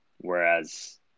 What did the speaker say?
Whereas